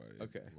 Okay